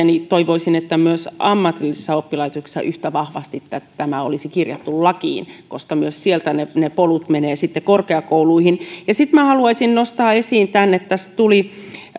niin toivoisin että myös ammatillisissa oppilaitoksissa yhtä vahvasti tämä olisi kirjattu lakiin koska myös sieltä polut menevät korkeakouluihin sitten haluaisin nostaa esiin tämän että kun tässä tuli